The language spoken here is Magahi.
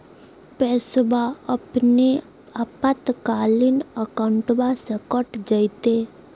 पैस्वा अपने आपातकालीन अकाउंटबा से कट जयते?